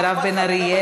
מירב בן ארי,